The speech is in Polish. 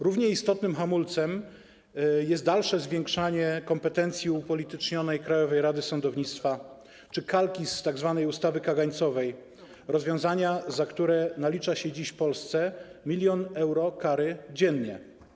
Równie istotnym hamulcem jest dalsze zwiększanie kompetencji upolitycznionej Krajowej Rady Sądownictwa czy kalki z tzw. ustawy kagańcowej, czyli rozwiązania, za które nalicza się dziś Polsce 1 mln euro kary dziennie.